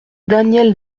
daniel